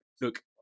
look